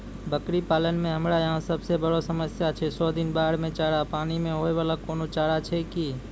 बकरी पालन मे हमरा यहाँ सब से बड़ो समस्या छै सौ दिन बाढ़ मे चारा, पानी मे होय वाला कोनो चारा छै कि?